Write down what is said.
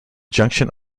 junction